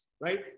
right